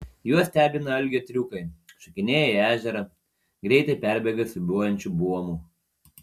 juos stebina algio triukai šokinėja į ežerą greitai perbėga siūbuojančiu buomu